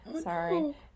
Sorry